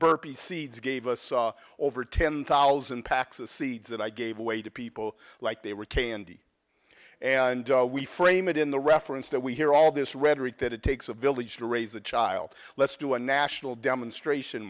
burpee seeds gave us saw over ten thousand packs of seeds that i gave away to people like they were candy and we frame it in the reference that we hear all this rhetoric that it takes a village to raise a child let's do a national demonstration